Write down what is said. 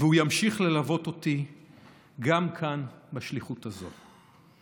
והוא ימשיך ללוות אותי גם כאן בשליחות הזאת.